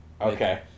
Okay